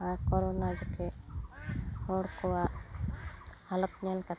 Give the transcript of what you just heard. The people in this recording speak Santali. ᱟᱨ ᱠᱚᱨᱚᱱᱟ ᱡᱚᱠᱷᱮᱱ ᱦᱚᱲ ᱠᱚᱣᱟᱜ ᱦᱟᱞᱚᱛ ᱧᱮᱞ ᱠᱟᱛᱮᱫ